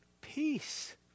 Peace